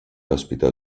ospita